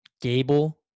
Gable